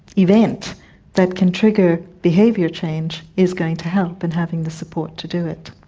event that can trigger behaviour change is going to help, and having the support to do it.